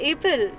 April